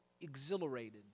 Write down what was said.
exhilarated